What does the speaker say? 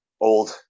Old